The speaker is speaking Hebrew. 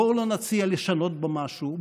בואו לא נציע לשנות בו משהו,